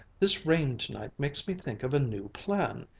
this rain tonight makes me think of a new plan.